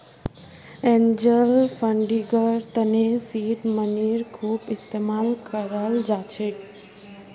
angel फंडिंगर तने seed मनीर खूब इस्तमाल कराल जा छेक